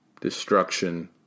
destruction